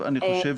אני חושב